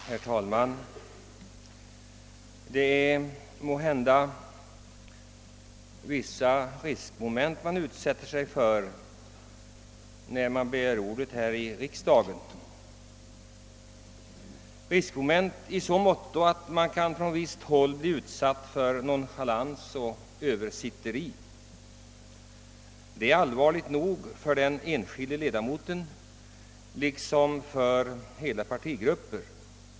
Herr talman! När man begär ordet här i riksdagen utsätter man sig måhända för vissa riskmoment i så måtto att man från visst håll kan bli utsatt för nonchalans och översitteri. Det är allvarligt nog för den enskilde ledamoten liksom för hela partigrupper.